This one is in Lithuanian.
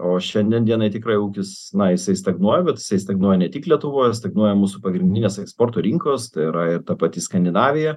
o šiandien dienai tikrai ūkis na jisai stagnuoja bet jisai stagnuoja ne tik lietuvoje stagnuoja mūsų pagrindinės eksporto rinkos tai yra ir ta pati skandinavija